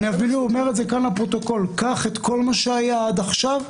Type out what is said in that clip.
אני אפילו אומר כאן לפרוטוקול: קח את כל מה שהיה עד עכשיו,